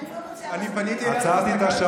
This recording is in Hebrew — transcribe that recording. טלי, אני פניתי אליך והסתכלתי עליך?